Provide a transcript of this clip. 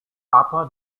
upper